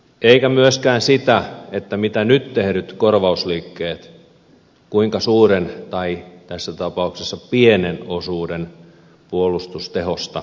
eikä myöskään tiedetä sitä kuinka suuren tai tässä tapauksessa pienen osuuden puolustustehosta nyt tehdyt korvausliikkeet korvaavat